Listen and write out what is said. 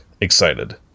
Excited